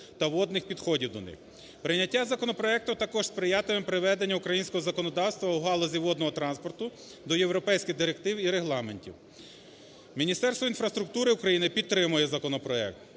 та водних підходів до них. Прийняття законопроекту також сприятиме приведенню українського законодавства у галузі водного транспорту до європейських директив і регламентів. Міністерство інфраструктури України підтримує законопроект.